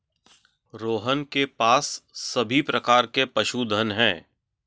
रोहन के पास सभी प्रकार के पशुधन है